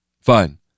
Fine